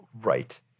Right